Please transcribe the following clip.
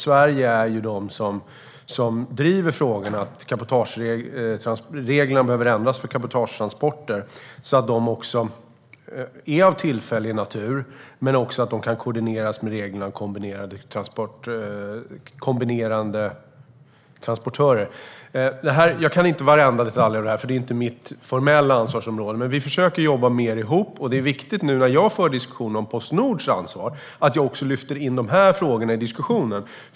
Sverige är det land som driver att reglerna behöver ändras för cabotagetransporter så att de kan vara av tillfällig natur, men också att de kan koordineras med reglerna om kombinerade transportörer. Jag kan inte varenda detalj i detta, för det är inte mitt formella ansvarsområde. Men vi försöker att jobba mer ihop. Det är viktigt nu när jag för diskussioner om Postnords ansvar att jag också lyfter in dessa frågor i diskussionen.